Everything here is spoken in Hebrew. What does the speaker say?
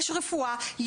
רפואה,